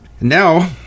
now